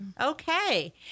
Okay